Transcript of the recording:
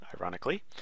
ironically